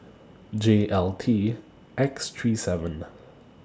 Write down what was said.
J L T X three seven